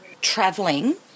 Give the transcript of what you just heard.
traveling